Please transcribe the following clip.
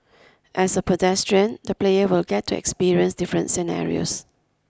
as a pedestrian the player will get to experience different scenarios